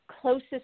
closest